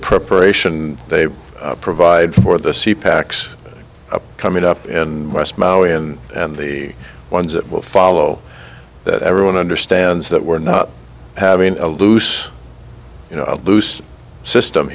preparation they provide for the sea packs a coming up and west maui and and the ones that will follow that everyone understands that we're not having a loose you know a loose system